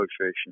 Association